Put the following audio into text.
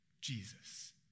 Jesus